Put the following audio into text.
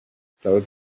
sauti